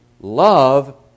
love